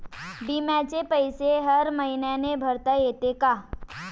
बिम्याचे पैसे हर मईन्याले भरता येते का?